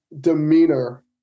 demeanor